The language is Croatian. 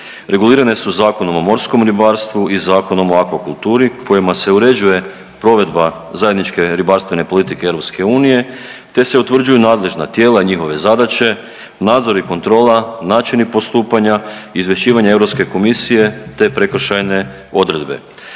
regulirane su Zakonom o morskom ribarstvu i Zakonom o akvakulturi kojima se uređuje provedba zajedničke ribarstvene politike EU te se utvrđuju nadležna tijela i njihove zadaće, nadzor i kontrola, načini postupanja, izvješćivanje Europske komisije te prekršajne odredbe.